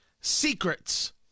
Secrets